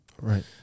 right